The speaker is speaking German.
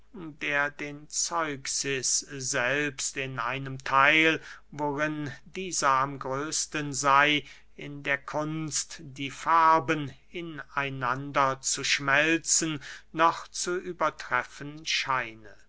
der den zeuxis selbst in einem theil worin dieser am größten sey in der kunst die farben in einander zu schmelzen noch zu übertreffen scheine